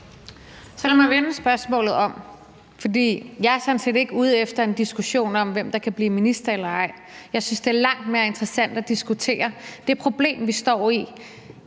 set ikke ude efter en diskussion om, hvem der kan blive minister eller ej. Jeg synes, det er langt mere interessant at diskutere det problem, vi står i,